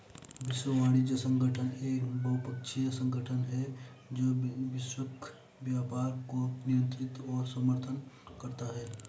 विश्व वाणिज्य संगठन एक बहुपक्षीय संगठन है जो वैश्विक व्यापार को नियंत्रित और समर्थन करता है